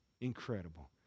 incredible